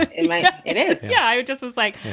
it and it is. yeah. i just was like,